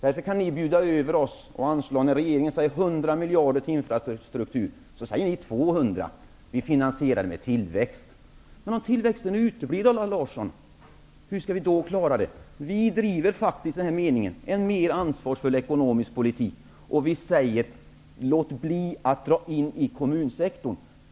Då kan ni bjuda över oss. När regeringen säger 100 miljarder kronor till infrastrukturen, säger ni 200 miljarder. Ni finansierar med tillväxten. Men om tillväxten uteblir, Allan Larsson, hur skall ni då klara det? Vi vill faktiskt driva en mer ansvarsfull ekonomisk politik, och vi säger därför: Låt bli att göra neddragningar i kommunsektorn.